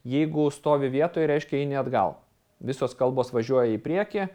jeigu stovi vietoj reiškia eini atgal visos kalbos važiuoja į priekį